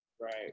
Right